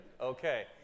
Okay